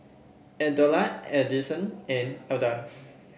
Aldona Adyson and Alda